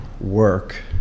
work